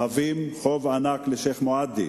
חבים חוב ענק לשיח' מועדי,